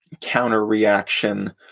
counter-reaction